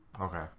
Okay